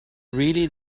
really